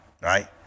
right